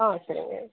ஆ சரிங்க